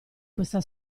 questa